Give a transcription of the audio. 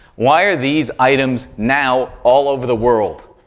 why are these items now all over the world,